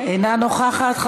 אינה נוכחת.